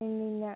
ഇല്ലയില്ല